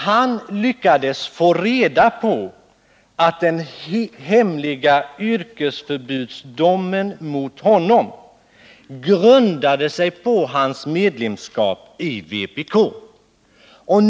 Han lyckades få reda på att den hemliga yrkesförbudsdomen mot honom grundade sig på hans medlemsskap i vpk.